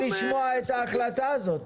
אני אשמח לשמוע את ההחלטה הזאת,